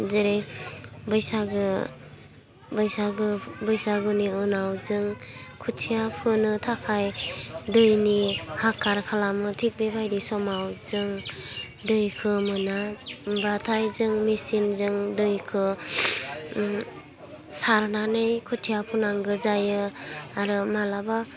जेरै बैसागो बैसागो बैसागोनि उनाव जों खोथिया फोनो थाखाय दैनि हाखार खालामो थिग बेबायदि समाव जों दैखो मोना होमबाथाय जों मिचिनजों दैखो सारनानै खोथिया फोनांगो जायो आरो मालाबा